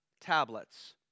tablets